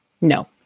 no